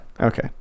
Okay